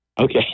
Okay